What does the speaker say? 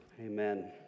Amen